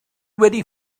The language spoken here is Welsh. wedi